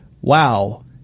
Wow